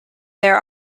there